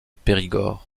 périgord